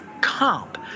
comp